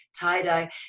tie-dye